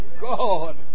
God